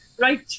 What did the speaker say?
right